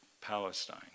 Palestine